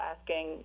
asking